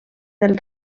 del